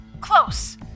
Close